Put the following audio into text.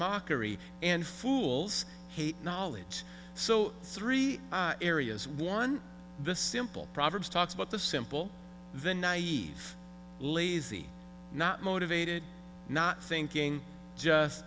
mockery and fools hate knowledge so three areas one the simple proverbs talks about the simple the naive lazy not motivated not thinking just